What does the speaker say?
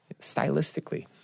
stylistically